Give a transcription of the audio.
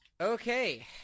Okay